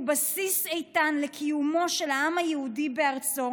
בסיס איתן לקיומו של העם היהודי בארצו,